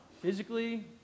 Physically